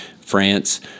France